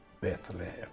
Bethlehem